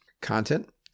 content